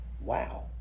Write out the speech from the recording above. wow